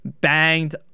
banged